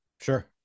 sure